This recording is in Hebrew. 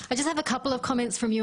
יש לי כמה הערות עבורך.